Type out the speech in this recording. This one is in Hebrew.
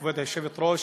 כבוד היושבת-ראש,